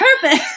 purpose